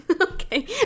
okay